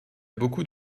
beaucoup